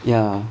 ya